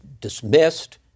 dismissed